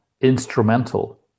instrumental